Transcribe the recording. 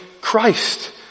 Christ